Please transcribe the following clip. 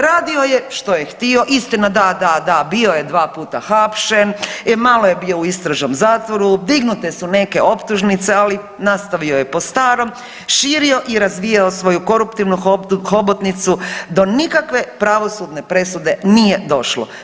Radio je što je htio, istina, da, da, da, bio je dva puta hapšen, malo je bio u istražnom zatvoru, dignute su neke optužnice, ali nastavio je po starom, širio i razvijao svoju koruptivnu hobotnicu do nikakve pravosudne presude nije došlo.